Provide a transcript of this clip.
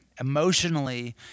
emotionally